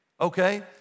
okay